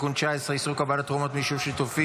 (תיקון מס' 19) (איסור קבלת תרומות מיישוב שיתופי),